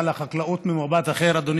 זה לא נסכים.